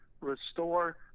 restore